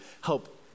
help